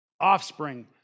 Offspring